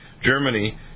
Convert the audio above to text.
Germany